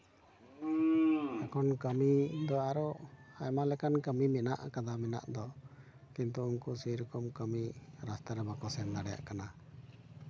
ᱮᱠᱷᱚᱱ ᱠᱟᱹᱢᱤ ᱫᱚ ᱟᱨᱚ ᱟᱭᱢᱟ ᱞᱮᱠᱟᱱ ᱠᱟᱹᱢᱤ ᱢᱮᱱᱟᱜ ᱠᱟᱫᱟ ᱢᱮᱱᱟᱜ ᱫᱚ ᱠᱤᱱᱛᱩ ᱩᱱᱠᱩ ᱥᱮᱭᱨᱚᱠᱚᱢ ᱠᱟᱹᱢᱤ ᱨᱟᱥᱛᱟ ᱨᱮ ᱵᱟᱠᱚ ᱥᱮᱱ ᱫᱟᱲᱮᱭᱟᱜ ᱠᱟᱱᱟ